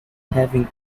having